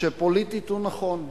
שפוליטית הוא נכון,